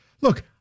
look